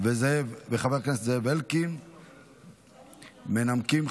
עברה בקריאה טרומית ותעבור לוועדת